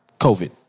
COVID